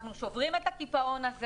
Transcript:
אנחנו סוגרים את הקיפאון הזה.